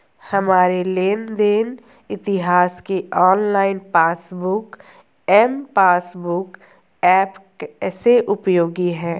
हमारे लेन देन इतिहास के online passbook M passbook app कैसे उपयोगी है?